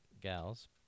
gals